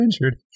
injured